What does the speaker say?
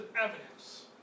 evidence